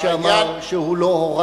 אפשר לבקר, אבל בנימוס.